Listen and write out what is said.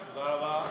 תודה רבה.